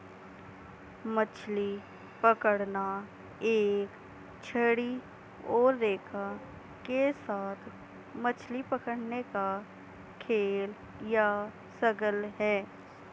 मछली पकड़ना एक छड़ी और रेखा के साथ मछली पकड़ने का खेल या शगल है